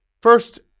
first